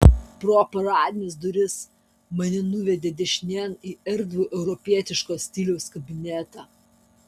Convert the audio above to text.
pro paradines duris mane nuvedė dešinėn į erdvų europietiško stiliaus kabinetą